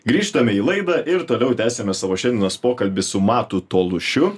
grįžtame į laidą ir toliau tęsiame savo šiandienos pokalbį su matu tolušiu